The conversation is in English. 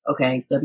okay